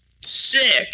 sick